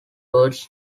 words